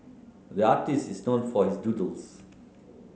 the artist is known for his doodles